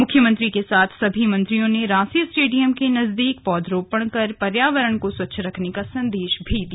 मुख्यमंत्री के साथ सभी मंत्रियों ने रांसी स्टेयिम के नजदीक पौधरोपण कर पर्यावरण को स्वच्छ रखने का सन्देश भी दिया